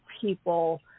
people